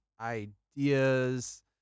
ideas